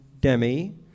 Demi